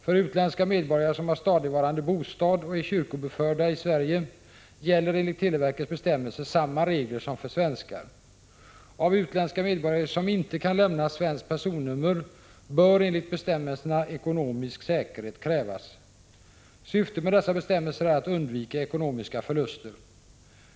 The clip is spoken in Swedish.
För utländska medborgare som har stadigvarande bostad och är kyrkobokförda i Sverige gäller enligt televerkets bestämmelser samma regler som för svenskar. Av utländska medborgare som inte kan lämna svenskt personnummer bör enligt bestämmelserna ekonomisk säkerhet krävas. Syftet med dessa bestämmelser är att undvika ekonomiska förluster.